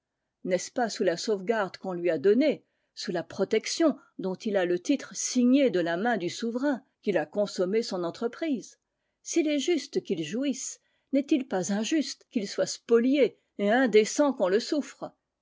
n'est-ce pas sous la sauvegarde qu'on lui a donnée sous la protection dont il a le titre signé de la main du souverain qu'il a consommé son entreprise s'il est juste qu'il jouisse n'est-il pas injuste qu'il soit spolié et indécent qu'on le souffre